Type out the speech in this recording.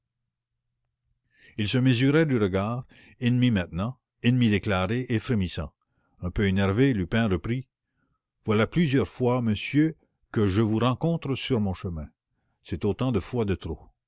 ils se mesurèrent du regard ennemis maintenant ennemis déclarés et frémissants un peu énervé lupin reprit voilà plusieurs fois monsieur que je vous rencontre sur mon chemin c'est autant de fois de trop